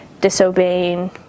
disobeying